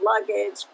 luggage